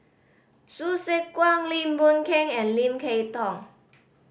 Hsu Tse Kwang Lim Boon Keng and Lim Kay Tong